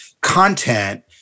content